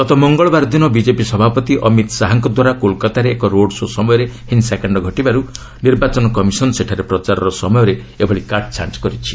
ଗତ ମଙ୍ଗଳବାର ଦିନ ବିକେପି ସଭାପତି ଅମିତ୍ ଶାହାଙ୍କଦ୍ୱାରା କୋଲ୍କାତାରେ ଏକ ରୋଡ୍ ଶୋ' ସମୟରେ ହିଂସାକାଣ୍ଡ ଘଟିବାରୁ ନିର୍ବାଚନ କମିଶନ୍ ସେଠାରେ ପ୍ରଚାରର ସମୟରେ ଏଭଳି କାଟ୍ଛାଣ୍ଟ୍ କରିଛି